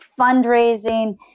fundraising